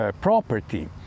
property